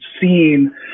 seen